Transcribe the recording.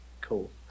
Cool